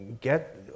get